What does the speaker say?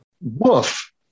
Woof